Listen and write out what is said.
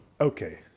Okay